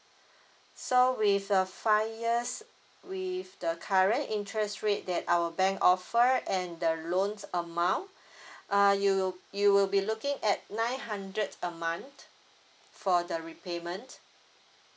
so with a five years with the current interest rate that our bank offer and the loan amount uh you will you will be looking at nine hundred a month for the repayment